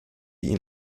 ihn